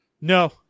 No